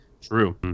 true